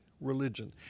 religion